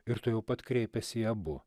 ir tuojau pat kreipėsi į abu